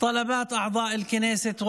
חברי הכנסת.